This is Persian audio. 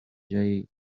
جایی